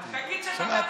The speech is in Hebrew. תגיד שאתה בעד.